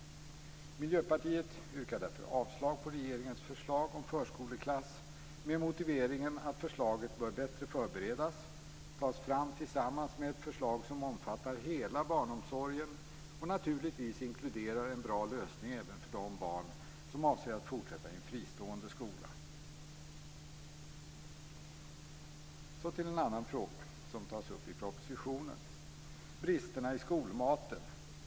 Miljöpartiet yrkar därför avslag på regeringens förslag om förskoleklass med motiveringen att förslaget bör förberedas bättre och tas fram tillsammans med ett förslag som omfattar hela barnomsorgen och naturligtvis inkluderar en bra lösning även för de barn som avser att fortsätta i en fristående skola. En annan fråga som tas upp i propositionen gäller bristerna i skolmaten.